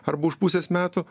arba už pusės metų